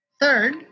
Third